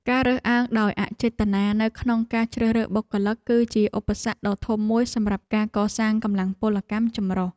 ការរើសអើងដោយអចេតនានៅក្នុងការជ្រើសរើសបុគ្គលិក គឺជាឧបសគ្គដ៏ធំមួយសម្រាប់ការកសាងកម្លាំងពលកម្មចម្រុះ។